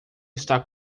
está